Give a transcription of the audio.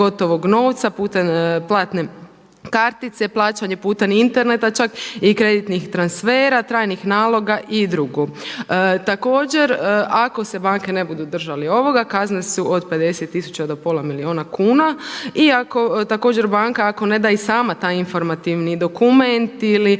gotovog novca putem platne kartice, plaćanje putem interneta čak i kreditnih transfera, trajnih naloga i drugo. Također ako se banke ne budu držali ovoga, kazne su od 50 tisuća do pola milijuna kuna. Iako također banka ako ne da i sama taj informativni dokument ili